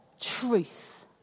truth